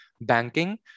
banking